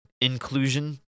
inclusion